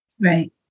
Right